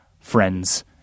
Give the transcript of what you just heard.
friends